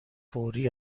فوری